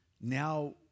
Now